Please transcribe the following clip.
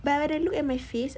but they look at my face